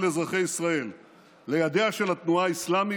אזרחי ישראל לידיה של התנועה האסלאמית,